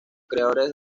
creadores